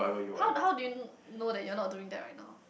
how how do you know that you're not doing that right now